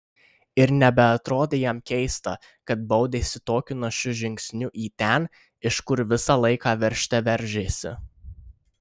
ir nebeatrodė jam keista kad baudėsi tokiu našiu žingsniu į ten iš kur visą laiką veržte veržėsi